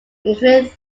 including